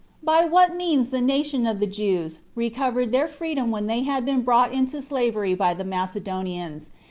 by what means the nation of the jews recovered their freedom when they had been brought into slavery by the macedonians,